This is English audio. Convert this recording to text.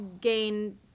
gain